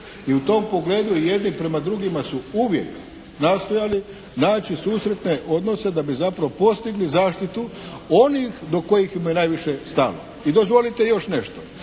i u tom pogledu jedni prema drugima su uvijek nastojali naći susretne odnose da bi zapravo postigli zaštitu onih do kojih im je najviše stalo. I dozvolite još nešto.